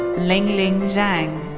lingling zhang.